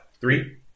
Three